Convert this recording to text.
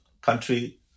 country